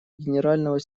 генерального